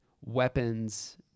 weapons